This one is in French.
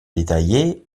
détaillées